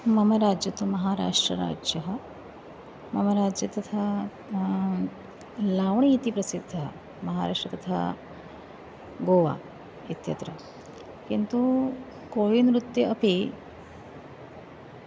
मम राज्यं तु महाराष्ट्रराज्यं मम राज्ये तथा लाव्णी इति प्रसिद्धः महाराष्ट्रं तथा गोवा इत्यत्र किन्तु कोयिनृत्यम् अपि